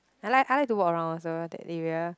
I like I like to walk around also that area